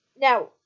Now